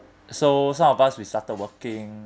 so some of us we started working